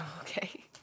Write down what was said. Okay